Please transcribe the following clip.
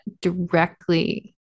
directly